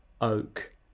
oak